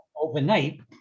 Overnight